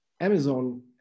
Amazon